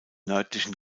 nördlichen